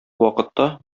вакытта